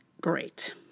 great